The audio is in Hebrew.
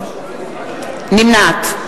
בעד לימור לבנת,